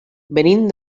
venim